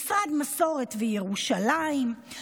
משרד מסורת וירושלים,